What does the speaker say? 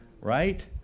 Right